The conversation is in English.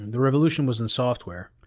the revolution was in software.